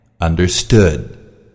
understood